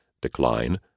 decline